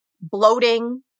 bloating